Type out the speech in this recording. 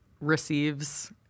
receives